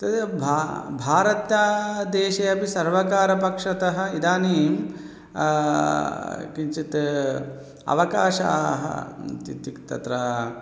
तद् भा भारतदेशे अपि सर्वकारपक्षतः इदानीं किञ्चित् अवकाशाः इत्तिक् तिक् तत्र